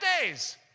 days